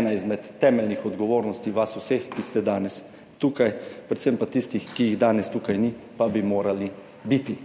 ena izmed temeljnih odgovornosti vas vseh, ki ste danes tukaj, predvsem pa tistih, ki jih danes tukaj ni, pa bi morali biti.